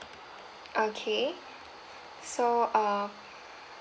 okay so uh